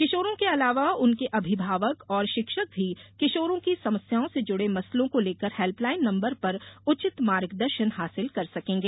किशोरों के अलावा उनके अभिभावक और शिक्षक भी किशोरों की समस्याओं से जुड़े मसलों को लेकर हेल्पलाइन नंबर पर उचित मार्गदर्शन हासिल कर सकेंगे